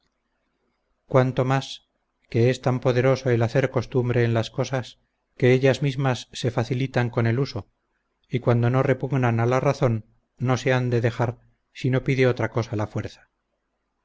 cuanto más que es tan poderoso el hacer costumbre en las cosas que ellas mismas se facilitan con el uso y cuando no repugnan a la razón no se han de dejar si no pide otra cosa la fuerza